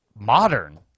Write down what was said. modern